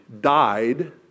died